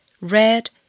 red